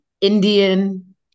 Indian